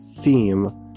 theme